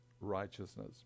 righteousness